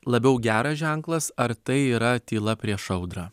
labiau geras ženklas ar tai yra tyla prieš audrą